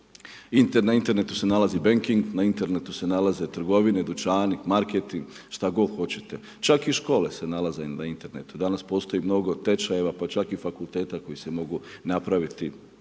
na internetu se nalazi banking, na internetu se nalaze trgovine, dućani, marketing, šta god hoćete. Čak i škole se nalaze na internetu, danas postoji mnogo tečajeva pa čak i fakulteta koji se mogu završiti